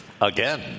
again